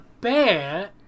bear